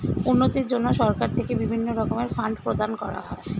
উন্নতির জন্য সরকার থেকে বিভিন্ন রকমের ফান্ড প্রদান করা হয়